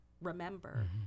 remember